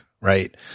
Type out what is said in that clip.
right